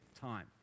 time